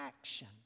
action